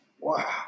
Wow